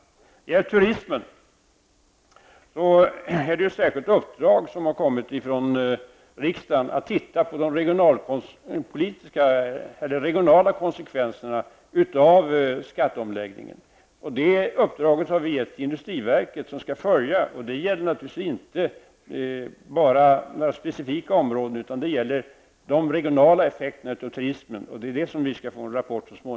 När det gäller turismen har riksdagen utfärdat ett särskilt uppdrag att man skall se över de regionalpolitiska konsekvenserna av skatteomläggningen. Detta uppdrag har givits till industriverket som skall följa, inte bara några specifika områden, utan de regionala effekterna av turismen. Vi skall så småningom få en rapport om det.